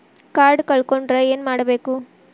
Card ಕಳ್ಕೊಂಡ್ರ ಏನ್ ಮಾಡಬೇಕು?